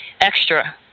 extra